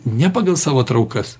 ne pagal savo traukas